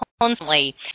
constantly